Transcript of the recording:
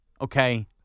Okay